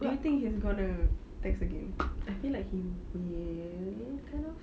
do you think he's gonna text again I feel like he will really kind of